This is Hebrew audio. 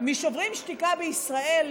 משוברים שתיקה בישראל,